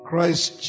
Christ